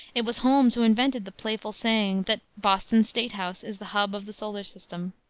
it was holmes who invented the playful saying that boston state house is the hub of the solar system.